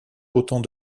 autant